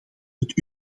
het